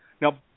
Now